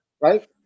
Right